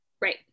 Right